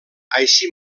així